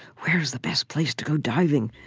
where's the best place to go diving?